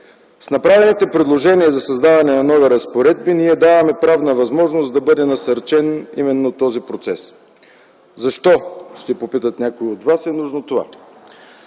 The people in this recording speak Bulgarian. С направените предложения за създаване на нови разпоредби ние даваме правна възможност да бъде насърчен този процес. Защо – ще попитат някои от вас, е нужно това?